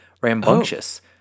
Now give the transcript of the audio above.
Rambunctious